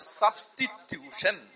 substitution